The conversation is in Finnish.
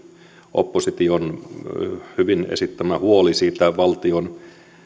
opposition sinänsä hyvin esittämään huoleen valtion